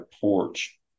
porch